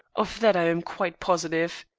of that i am quite positive.